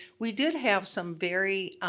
we did have some very